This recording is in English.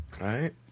Right